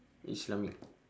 islamic